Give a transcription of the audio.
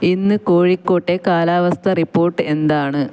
ഇന്ന് കോഴിക്കോട്ടെ കാലാവസ്ഥ റിപ്പോട്ട് എന്താണ്